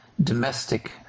domestic